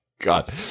god